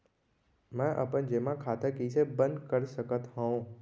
मै अपन जेमा खाता कइसे बन्द कर सकत हओं?